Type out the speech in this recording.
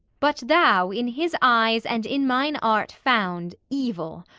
but thou in his eyes and in mine art found evil,